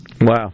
Wow